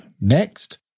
next